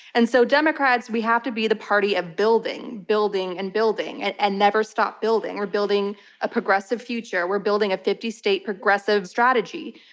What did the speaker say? and so democrats, we have to be the party of ah building, building, and building and and never stop building. we're building a progressive future. we're building a fifty state progressive strategy.